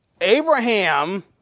Abraham